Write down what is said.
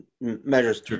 measures